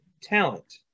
talent